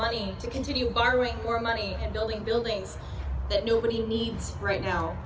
money to continue borrowing more money and building buildings that nobody needs right now